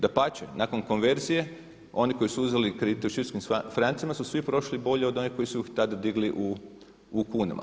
Dapače nakon konverzije oni koji su uzeli kredite u švicarskim francima su svi prošli bolje od onih koji su ih tada digli u kunama.